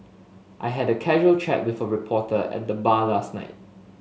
I had a casual chat with a reporter at the bar last night